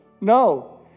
No